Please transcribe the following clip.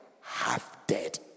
half-dead